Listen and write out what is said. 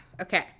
okay